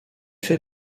fait